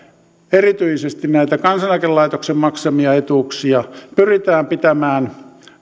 erityisesti näitä kansaneläkelaitoksen maksamia etuuksia pyritään pitämään